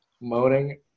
moaning